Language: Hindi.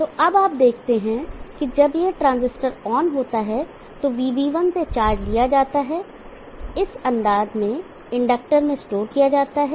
तो अब आप देखते हैं कि जब यह यह ट्रांजिस्टर ऑन होता है तो VB1 से चार्ज लिया जाता है इस अंदाज में इंडक्टर में स्टोर किया जाता है